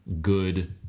good